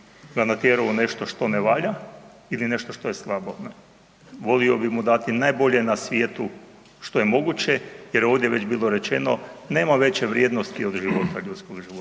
ga natjerao u nešto što ne valja ili nešto što je slabo. Volio bi mu dati najbolje na svijetu što je moguće jer ovdje je već bilo rečeno nema veće vrijednosti od života, ljudskog života,